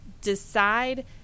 decide